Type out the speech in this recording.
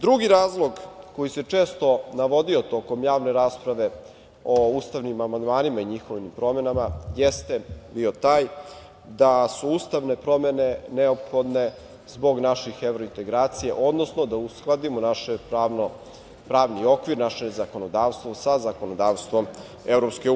Drugi razlog koji se često navodio tokom javne rasprave o ustavnim amandmanima i njihovim promenama jeste bio taj da su ustavne promene neophodne zbog naših evrointegracija, odnosno da uskladimo naš pravni okvir, naše zakonodavstvo, sa zakonodavstvom EU.